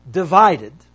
divided